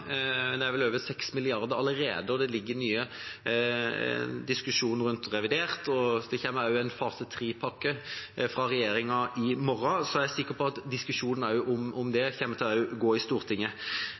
det er vel – over 6 mrd. kr, og det kommer en ny fase 3-pakke fra regjeringa i morgen. Så jeg er sikker på at diskusjonen om det